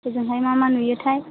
होजोंहाय मा मा नुयोथाय